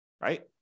right